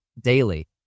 daily